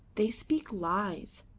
they speak lies.